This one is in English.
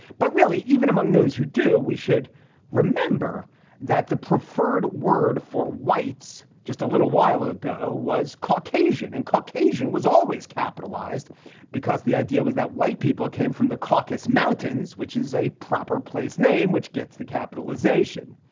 but really, even among those who do, we should remember that the preferred word for whites just a little while ago was caucasian and caucasian was always capitalized because the idea was that white people came from the caucasus mountains, which is a proper place name, which gets the capitalization.